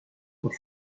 por